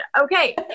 okay